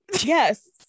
Yes